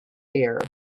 here